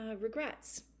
regrets